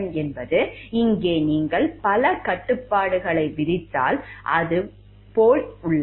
எனவே இங்கே நீங்கள் பல கட்டுப்பாடுகளை விதித்தால் அது போல் உள்ளது